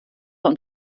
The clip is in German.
und